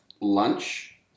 lunch